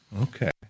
Okay